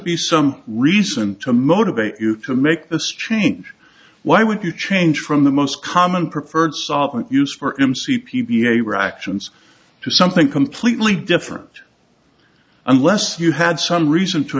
be some reason to motivate you to make this change why would you change from the most common preferred solvent use for him c p b a reactions to something completely different unless you had some reason to